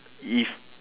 is